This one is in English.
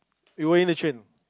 you going in the train